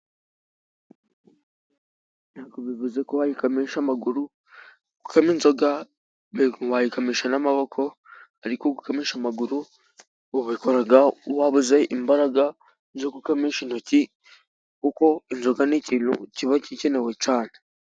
Ntabwo bivuze ko bakamisha amaguru inzoga wayikamisha n'amaboko, ariko gukamisha amaguru wabikora wabuze imbaraga zo gukamisha intoki kuko inzoga ni ikintu kiba gikenewe cyane.